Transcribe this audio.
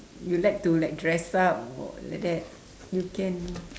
you like to like dress up or like that you can